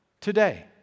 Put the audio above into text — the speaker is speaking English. Today